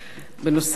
בנוסף,